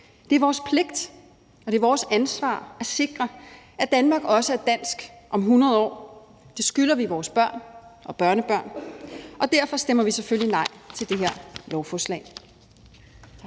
Det er vores pligt, og det er vores ansvar at sikre, at Danmark også er dansk om 100 år. Det skylder vi vores børn og børnebørn. Derfor stemmer vi selvfølgelig nej til det her lovforslag.